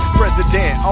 president